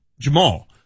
Jamal